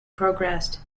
progressed